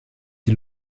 die